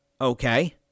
Okay